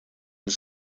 and